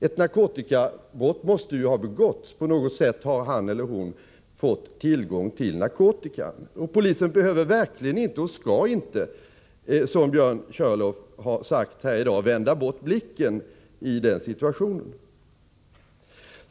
Ett narkotikabrott måste ju ha begåtts — på något sätt har han eller hon fått tillgång till narkotikan. Det är verkligen inte meningen att polisen skall — som Björn Körlof har sagt här i dag — vända bort blicken i den situationen.